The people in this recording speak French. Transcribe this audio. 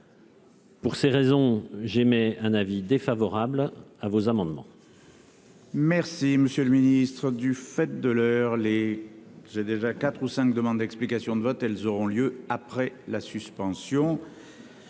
Pour ces raisons, j'émets un avis défavorable sur ces amendements.